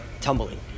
tumbling